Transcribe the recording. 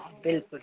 बिल्कुलु